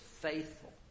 faithful